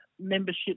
membership